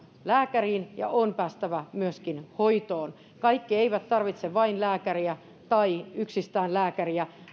lääkäriin ja on päästävä myöskin hoitoon kaikki eivät tarvitse vain lääkäriä tai yksistään lääkäriä